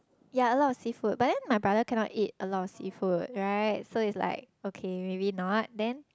ya a lot of seafood but then my brother cannot eat a lot of seafood right so it's like okay maybe not then